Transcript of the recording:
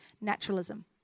naturalism